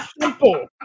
simple